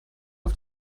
auf